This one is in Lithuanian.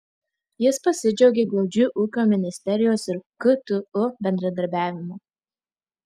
jis pasidžiaugė glaudžiu ūkio ministerijos ir ktu bendradarbiavimu